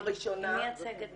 אני מייצגת